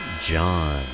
John